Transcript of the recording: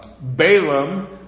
Balaam